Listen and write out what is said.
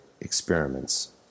experiments